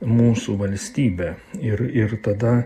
mūsų valstybe ir ir tada